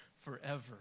forever